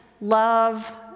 love